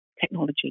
technology